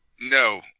No